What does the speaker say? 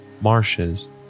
marshes